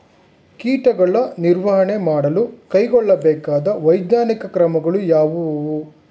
ಕೀಟಗಳ ನಿರ್ವಹಣೆ ಮಾಡಲು ಕೈಗೊಳ್ಳಬೇಕಾದ ವೈಜ್ಞಾನಿಕ ಕ್ರಮಗಳು ಯಾವುವು?